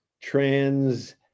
trans